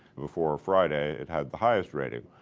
before friday, it had the highest rating.